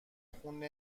خون